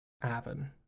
happen